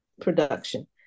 production